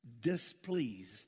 displeased